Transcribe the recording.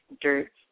dirt